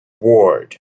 ward